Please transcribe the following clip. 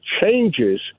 changes